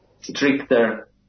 stricter